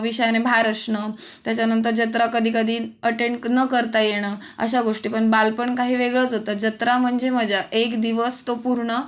विषयाने बाहेर असणं त्याच्यानंतर जत्रा कधी कधी अटेंड न करता येणं अशा गोष्टी पण बालपण काही वेगळंच होतं जत्रा म्हणजे मजा एक दिवस तो पूर्ण